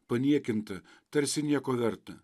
paniekinta tarsi nieko verta